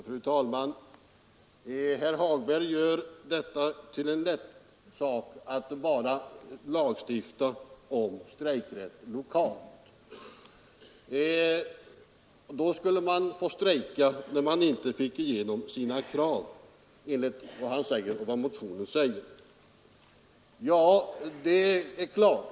Fru talman! Herr Hagberg gör detta till en lätt sak när han bara vill lagstifta om lokal strejkrätt. Då skulle man få strejka när man inte fick igenom sina krav, enligt herr Hagberg och enligt motionen. Ja, det är klart.